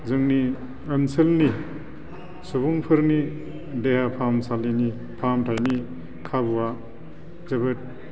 जोंनि ओनसोलनि सुबुंफोरनि देहा फाहामसालिनि फाहामथायनि खाबुआ जोबोद